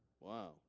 Wow